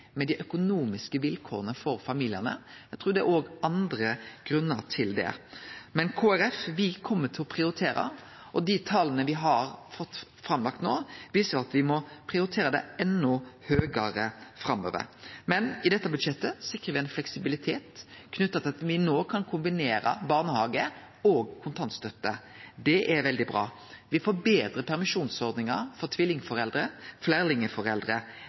med dei økonomiske vilkåra for familiane, eg trur det òg er andre grunnar til det. Men Kristeleg Folkeparti kjem til å prioritere dette, og dei tala me har fått framlagt no, viser at me må prioritere det enda høgare framover. Men i dette budsjettet sikrar me ein fleksibilitet knytt til at me no kan kombinere barnehage og kontantstøtte. Det er veldig bra. Me får betre permisjonsordningar for tvillingforeldre, fleirlingforeldre